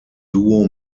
duo